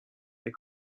they